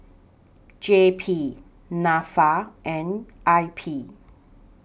J P Nafa and I P